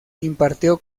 impartió